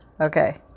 okay